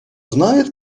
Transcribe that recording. знает